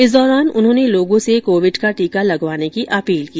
इस दौरान उन्होंने लोगों से कोविड का टीका लगवाने की अपील की